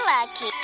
Lucky